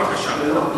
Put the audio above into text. תודה רבה.